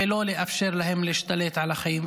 ולא לאפשר להם להשתלט על החיים.